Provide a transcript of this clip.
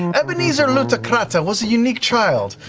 and ebenezer lootacrata was a unique child.